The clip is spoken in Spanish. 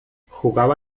jugaba